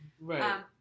right